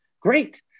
great